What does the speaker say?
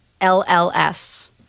L-L-S